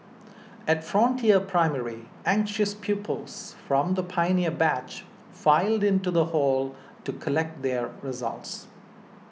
at Frontier Primary anxious pupils from the pioneer batch filed into the hall to collect their results